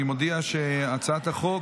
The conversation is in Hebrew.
אני מודיע שהצעת החוק